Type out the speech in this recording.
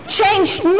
changed